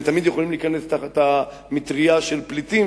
תמיד יכולים להיכנס תחת המטרייה של פליטים,